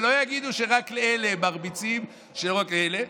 שלא יגידו שרק לאלה מרביצים, שלא לאלה.